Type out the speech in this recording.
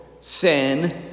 sin